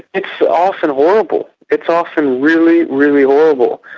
it's often horrible. it's often really, really horrible.